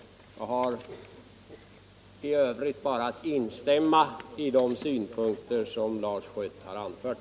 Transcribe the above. Jag instämmer i övrigt i de synpunkter som Lars Schött anfört.